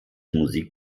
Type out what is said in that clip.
musik